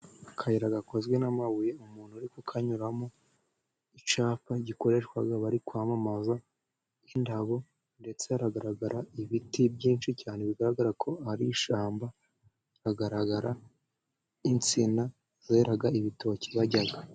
Akayira gakozwe n'amabuye, umuntu uri kukanyuramo, icyapa gikoreshwa bari kwamamaza, nk'indabo ndetse hagaragara ibiti byinshi cyane bigaragara ko ari ishyamba, hagaragara insina zera ibitoki barya.